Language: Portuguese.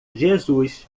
jesus